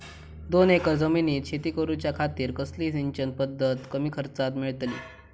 दोन एकर जमिनीत शेती करूच्या खातीर कसली सिंचन पध्दत कमी खर्चात मेलतली?